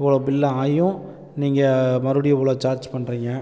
இவ்வளோ பில்லு ஆகியும் நீங்கள் மறுபடியும் இவ்வளோ சார்ஜ் பண்ணுறிங்க